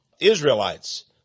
Israelites